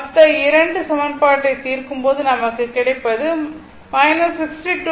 அந்த 2 சமன்பாட்டை தீர்க்கும் போது நமக்கு கிடைப்பது 62